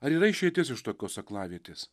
ar yra išeitis iš tokios aklavietės